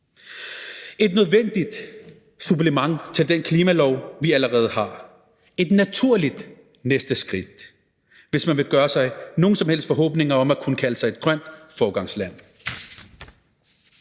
et nødvendigt supplement til den klimalov, vi allerede har, et naturligt næste skridt, hvis man vil gøre sig nogen som helst forhåbninger om at kunne kalde sig et grønt foregangsland.